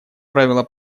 правила